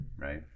right